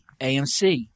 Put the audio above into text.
AMC